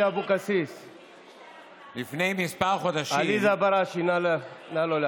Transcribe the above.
בבקשה, צאו לפרסה, ציונה מחכה